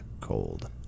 cold